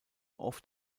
oft